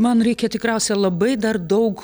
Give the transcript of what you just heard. man reikia tikriausia labai dar daug